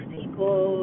people